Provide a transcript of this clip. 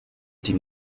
die